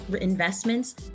investments